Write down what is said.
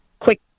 quick